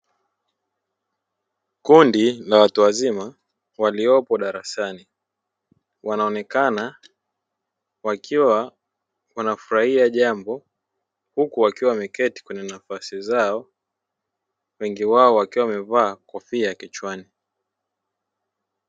Kundi la watu wazima waliopo darasani, wanaonekana wakiwa wanafurahia jambo huku wakiwa wameketi kwenye nafasi zao wengi wao wakiwa wamevaa kofia kichwani.